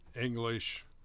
English